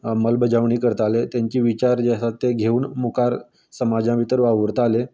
अंबलबजावणी करताले तेंचे विचार जे आसात तें घेवन मुखार समाजा भितर वावुरताले